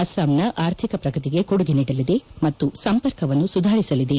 ಅಸ್ಲಾಂನ ಆರ್ಥಿಕ ಪ್ರಗತಿಗೆ ಕೊಡುಗೆ ನೀಡಲಿದೆ ಮತ್ತು ಸಂಪರ್ಕವನ್ನು ಸುಧಾರಿಸಲಿದೆ